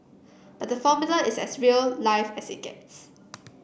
but the Formula is as real life as it gets